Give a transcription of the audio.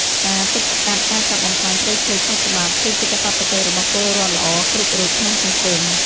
ការទប់ស្កាត់ការកាប់បំផ្លាញព្រៃឈើខុសច្បាប់ គឺជាកាតព្វកិច្ចរបស់ពលរដ្ឋល្អគ្រប់រូបក្នុងសង្គម។